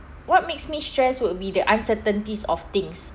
what makes me stress would be the uncertainties of things